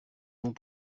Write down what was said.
ont